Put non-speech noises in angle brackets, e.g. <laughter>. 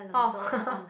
orh <laughs>